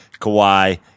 Kawhi